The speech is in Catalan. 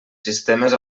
sistemes